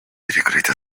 перекрыть